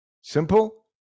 simple